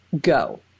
go